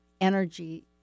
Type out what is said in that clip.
energy